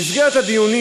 במסגרת הדיונים